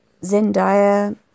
Zendaya